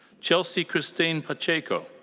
chelsie kristyn pacheco.